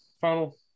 final